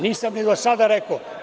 Nisam ni do sada rekao.